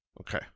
Okay